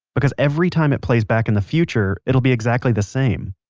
because every time it plays back in the future, it will be exactly the same.